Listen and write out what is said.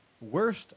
Worst